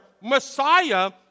Messiah